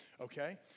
Okay